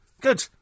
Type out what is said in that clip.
good